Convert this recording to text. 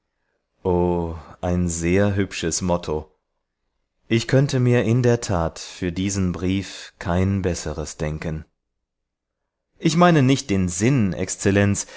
ein sehr hübsches motto ich könnte mir in der tat für diesen brief kein besseres denken ich meine nicht den sinn exzellenz